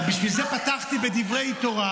אז בשביל זה פתחתי בדברי תורה,